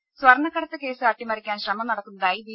രേര സ്വർണ്ണക്കടത്ത് കേസ് അട്ടിമറിക്കാൻ ശ്രമം നടക്കുന്നതായി ബി